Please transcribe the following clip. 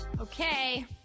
Okay